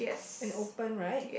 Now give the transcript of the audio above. and open right